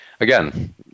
Again